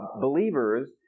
believers